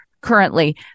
currently